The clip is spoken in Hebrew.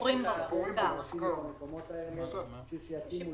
ולתמוך במקומות האלה בשביל שיתאימו